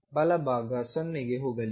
ಬಲ ಭಾಗ 0 ಗೆ ಹೋಗಲಿದೆ